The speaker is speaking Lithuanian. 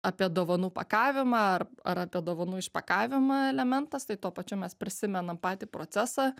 apie dovanų pakavimą ar ar apie dovanų išpakavimą elementas tai tuo pačiu mes prisimenam patį procesą